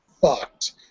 fucked